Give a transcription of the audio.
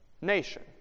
nation